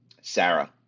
Sarah